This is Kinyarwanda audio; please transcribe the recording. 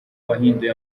wahinduye